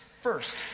First